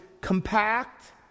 compact